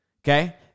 Okay